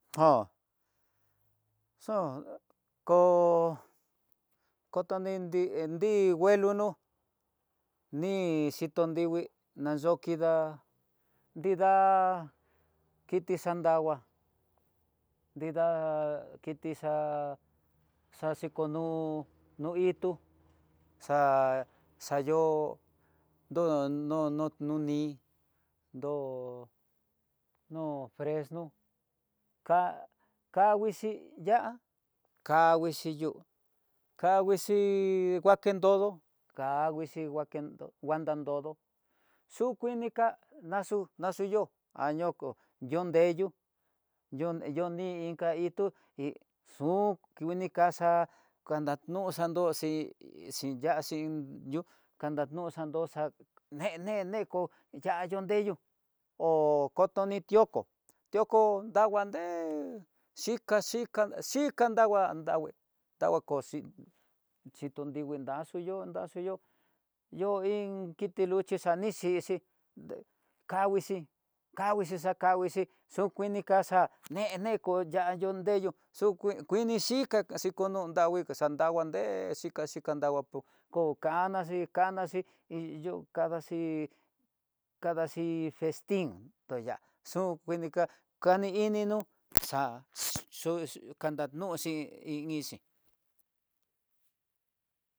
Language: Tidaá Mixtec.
Jan xa'a ko kotani dii dii nguenolo ni xhito nrigui nayo'o kida, nrida kiti xandagua, nrida kiti xa xaxikonrú, no itu xa'a xa yo ndo no no noni ndo no fresno, ka kanguixhi ya'á kanguixhi yu, kanguixhi nguakendodo, kanguixhi nguatandodo xukuinika naxu naxuyó ayoko nru nreyó yo yoni inka nitú hi xu xunikaxa naxanro xanroxi, xiyaxi yú kanayo'o xanoxa, ne- ne neko yayundeyo ho kotoni tioko, tioko danguan dee xhika xhika xhika ndagua, ndangue ta okoxhi xhiko nrivii nraxuyo nraxuyo'ó, yo iin kiti luchi xa ni xhixi nre kanguixhi, kanguixhi xa kanguixhi xu kuini kaxa'á neneko nradondeyo, xo ku kini xhika xikononrangui xakandava nré'e xhika xhika nrava ku kokana xhi kana xhi ihó kadaxhi kadaxi vestin toya xon kuinika, kani ininó xa xu kadanuxi inixi.